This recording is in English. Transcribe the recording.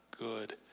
good